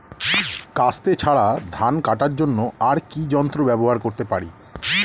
কাস্তে ছাড়া ধান কাটার জন্য আর কি যন্ত্র ব্যবহার করতে পারি?